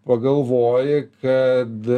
pagalvoji kad